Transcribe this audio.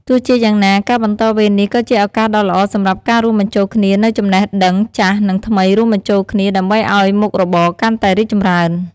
ទោះជាយ៉ាងណា ការបន្តវេននេះក៏ជាឱកាសដ៏ល្អសម្រាប់ការរួមបញ្ចូលគ្នានូវចំណេះដឹងចាស់និងថ្មីរួមបញ្ចូលគ្នា ដើម្បីអោយមុខរបរកាន់តែរីកចម្រើន។